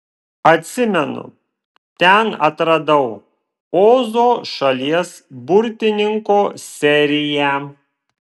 atsimenu ten atradau ozo šalies burtininko seriją